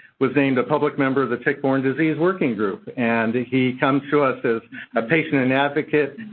was named a public member of the tick-borne disease working group, and he comes to us as a patient and advocate.